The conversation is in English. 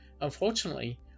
Unfortunately